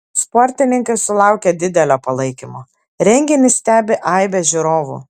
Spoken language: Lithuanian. sportininkai sulaukia didelio palaikymo renginį stebi aibė žiūrovų